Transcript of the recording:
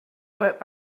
work